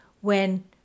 when